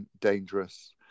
dangerous